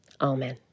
Amen